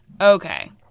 Okay